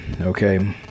okay